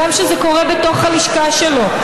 גם כשזה קורה בתוך הלשכה שלו,